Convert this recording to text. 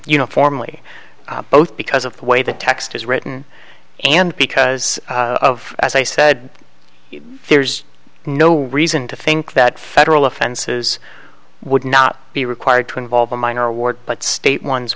uniformly both because of the way the text is written and because of as i said there's no reason to think that federal offenses would not be required to involve a minor award but state ones